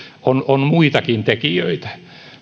on on muitakin tekijöitä